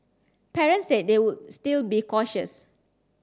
parents said they would still be cautious